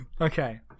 Okay